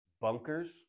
bunkers